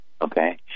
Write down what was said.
Okay